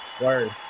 Word